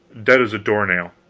dead as a door-nail,